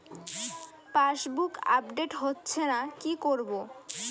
Passbook update হচ্ছেনা কি করবো?